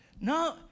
No